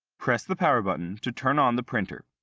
press the power button to turn on the printer.